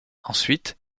ensuite